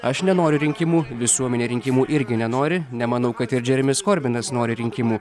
aš nenoriu rinkimų visuomenė rinkimų irgi nenori nemanau kad ir džeremis korbinas nori rinkimų